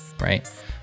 right